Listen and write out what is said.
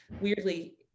weirdly